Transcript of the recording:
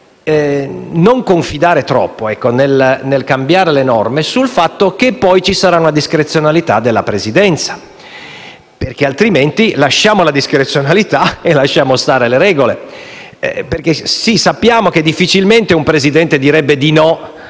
non confidare troppo, nel cambiare le norme, nel fatto che poi ci sarà la discrezionalità della Presidenza, perché altrimenti manteniamo la discrezionalità e lasciamo stare le regole. Sappiamo che difficilmente un Presidente direbbe di no